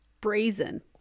brazen